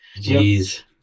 Jeez